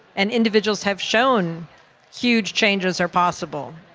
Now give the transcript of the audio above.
and individuals have shown huge changes are possible.